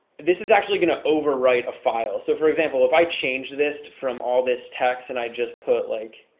this is actually going to overwrite a file. so for example if i change this to from all this text and i just put like